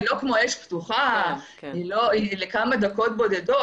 היא לא כמו אש פתוחה, היא לכמה דקות בודדות.